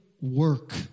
work